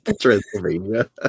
Transylvania